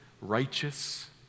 Righteous